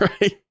right